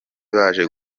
baje